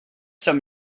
some